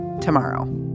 tomorrow